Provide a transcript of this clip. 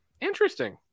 interesting